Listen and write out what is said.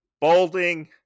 balding